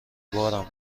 بارم